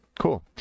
Cool